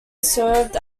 served